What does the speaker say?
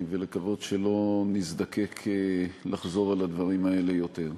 ולקוות שלא נזדקק לחזור על הדברים האלה יותר.